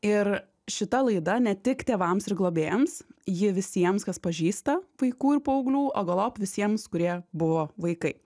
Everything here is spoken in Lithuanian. ir šita laida ne tik tėvams ir globėjams ji visiems kas pažįsta vaikų ir paauglių o galop visiems kurie buvo vaikai